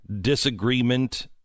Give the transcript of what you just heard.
disagreement